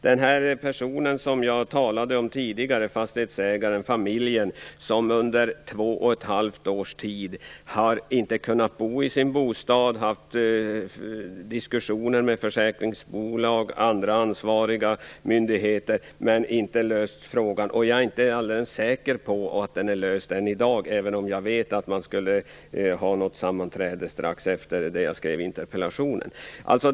Den person som jag talade om tidigare, fastighetsägaren och hans familj, som under två och ett halvt års tid inte har kunnat bo i sin bostad, har fört diskussioner med försäkringsbolag och med andra, ansvariga myndigheter utan att frågan har lösts. Jag är inte alldeles säker på att den är löst än i dag, även om jag vet att man skulle ha ett sammanträde strax efter det att jag skrev min interpellation.